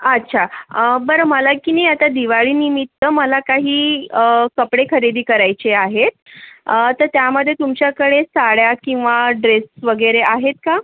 अच्छा बरं मला की नाही आता दिवाळीनिमित्त मला काही कपडे खरेदी करायचे आहेत तर त्यामध्ये तुमच्याकडे साड्या किंवा ड्रेस वगैरे आहेत का